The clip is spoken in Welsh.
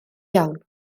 iawn